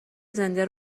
زنده